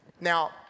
Now